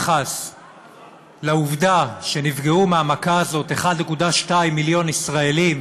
שביחס לעובדה שנפגעו מהמכה הזאת 1.2 מיליון ישראלים,